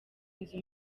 inzu